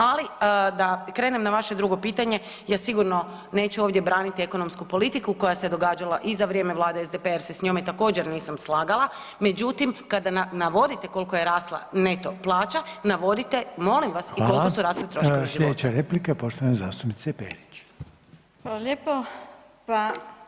Ali da krenem na vaše drugo pitanje, ja sigurno neću ovdje braniti ekonomsku politiku koja se događala i za vrijeme Vlade SDP-a jer se s njome također, nisam slagala, međutim, kada navodite koliko je rasla neto plaća, navodite, molim vas i koliko su rasli troškovi života.